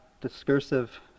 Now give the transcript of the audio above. discursive